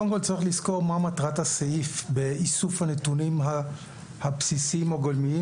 קודם כל צריך לזכור מה מטרת הסעיף באיסוף הנתונים הבסיסיים או גולמיים.